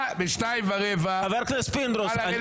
גם פינדרוס יכול.